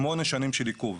שמונה שנים של עיכוב.